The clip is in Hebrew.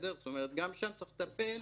גם שם צריך לטפל,